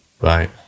Bye